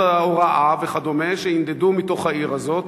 הוראה וכדומה שינדדו מתוך העיר הזאת.